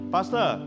Pastor